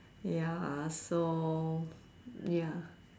ya so ya